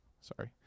Sorry